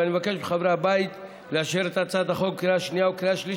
ואני מבקש מחברי הבית לאשר את הצעת החוק בקריאה שנייה